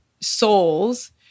souls